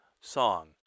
song